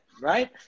right